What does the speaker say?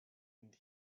and